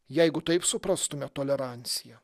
jeigu taip suprastume toleranciją